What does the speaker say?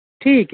ठीक ऐ